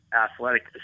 athletic